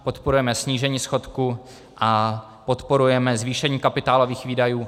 Podporujeme snížení schodku a podporujeme zvýšení kapitálových výdajů.